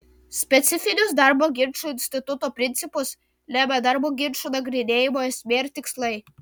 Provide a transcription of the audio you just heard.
specifinius darbo ginčų instituto principus lemia darbo ginčų nagrinėjimo esmė ir tikslai